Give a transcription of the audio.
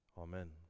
Amen